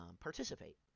participate